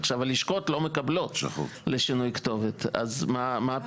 עכשיו הלשכות לא מקבלות לשינוי כתובת אז מה הפתרון?